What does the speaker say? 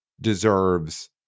deserves